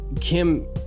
Kim